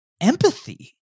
empathy